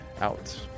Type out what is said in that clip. out